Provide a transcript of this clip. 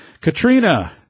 Katrina